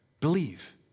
Believe